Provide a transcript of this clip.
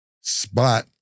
spot